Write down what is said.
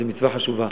זו מצווה חשובה.